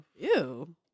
Ew